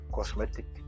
Cosmetic